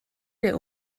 der